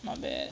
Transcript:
not bad